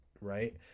right